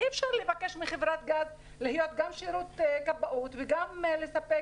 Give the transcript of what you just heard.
אי אפשר לבקש מחברת גז להיות גם שירות כבאות וגם לספק